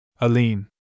Aline